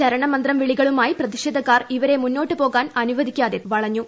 ശരണമന്ത്രം വിളികളുമായി പ്രതിഷേധക്കാർ ഇവരെ മുന്നോട്ട് പോകാൻ അനുവദിക്കാതെ വളഞ്ഞു